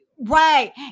right